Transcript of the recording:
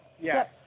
Yes